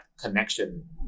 connection